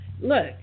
Look